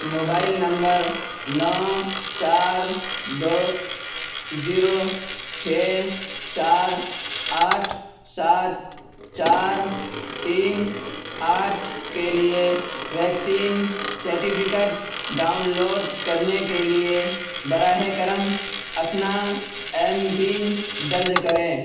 mobile number نو چار دو زیرو چھ چار آٹھ سات چار تین آٹھ کے لیے ویکسین سرٹیفکیٹ ڈاؤن لوڈ کرنے کے لیے براہ کرم اپنا ایم پن درج کریں